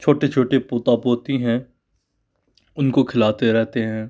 छोटे छोटे पोता पोती हैं उनको खिलाते रहते हैं